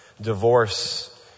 divorce